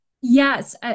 Yes